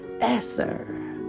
Esser